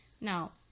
Now